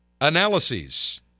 analyses